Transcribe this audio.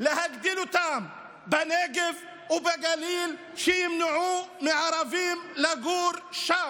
להגדיל אותן בנגב ובגליל כדי שימנעו מערבים לגור שם.